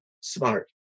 smart